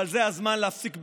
אבל זה הזמן להפסיק בתלונות,